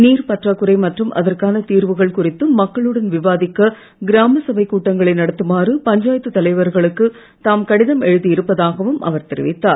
நீர் பற்றாக்குறை மற்றும் அதற்கான தீர்வுகள் குறித்து மக்களுடன் விவாதிக்க கிராமசபைக் கூட்டங்களை நடத்துமாறு பஞ்சாயத்து தலைவர்களுக்கு தாம் கடிதம் எழுதி இருப்பதாகவும் அவர் தெரிவித்தலார்